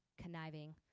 conniving